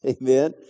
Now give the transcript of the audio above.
Amen